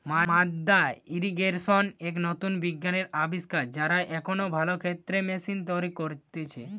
মাদ্দা ইর্রিগেশন এক নতুন বিজ্ঞানের আবিষ্কার, যারা এখন ভালো ক্ষেতের ম্যাশিন তৈরী করতিছে